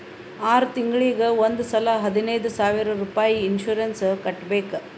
R ತಿಂಗುಳಿಗ್ ಒಂದ್ ಸಲಾ ಹದಿನೈದ್ ಸಾವಿರ್ ರುಪಾಯಿ ಇನ್ಸೂರೆನ್ಸ್ ಕಟ್ಬೇಕ್